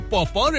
Papa